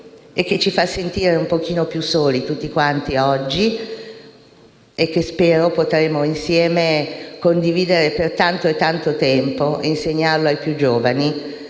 e che ci fa sentire un pochino più soli tutti quanti oggi, e che spero potremo insieme condividere per tanto e tanto tempo, insegnandola ai più giovani.